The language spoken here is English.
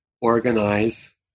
organize